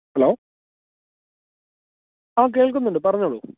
hello ആ കേൾക്കുന്നുണ്ട് പറഞ്ഞുകൊള്ളൂ